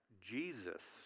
Jesus